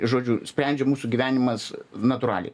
žodžiu sprendžia mūsų gyvenimas natūraliai